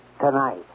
Tonight